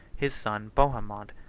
his son bohemond,